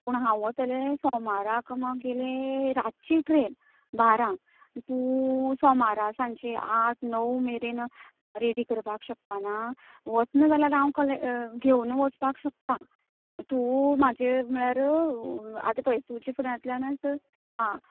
हांव वतलें सोमारांक आमगेली रातचीं ट्रेंन बारांक पूण सामारांक सांजे आठ णव मेरेन रेडी करपाक शकपाना ना जाल्यार हांव घेवन वचपाक शकता तूं म्हजें म्हणल्यारू आतां पळय तुज्या फुड्यांतल्यान हां